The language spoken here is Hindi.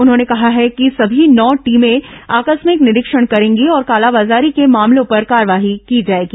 उन्होंने कहा है कि समी नौ टीमें आकस्मिक निरीक्षण करेंगी और कालाबाजारी के मामलों पर कार्रवाई की जाएगी